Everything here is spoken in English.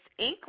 Inc